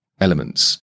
elements